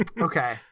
Okay